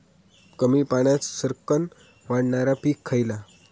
कमी पाण्यात सरक्कन वाढणारा पीक खयला?